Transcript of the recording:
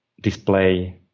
display